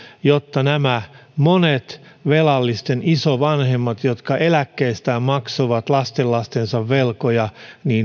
jotta nämä monet velallisten isovanhemmat jotka eläkkeistään maksoivat lastenlastensa velkoja